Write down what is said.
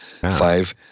five